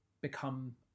become